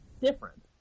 different